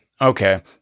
Okay